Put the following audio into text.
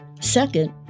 Second